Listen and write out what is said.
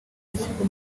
rishyirwa